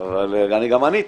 אני גם עניתי.